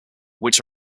which